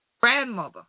grandmother